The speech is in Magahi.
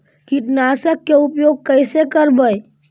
कीटनाशक के उपयोग कैसे करबइ?